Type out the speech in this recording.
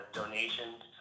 donations